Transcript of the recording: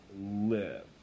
live